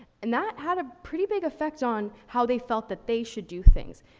and that had a pretty big affect on how they felt that they should do things.